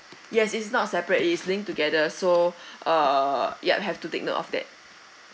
yes it's not separate is linked together so err you have to take note of that